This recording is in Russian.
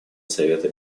совета